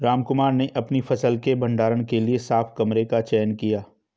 रामकुमार ने अपनी फसल के भंडारण के लिए साफ कमरे का चयन किया